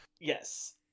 yes